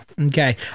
okay